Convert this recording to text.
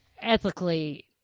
ethically